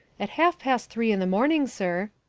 at half-past three in the morning, sir.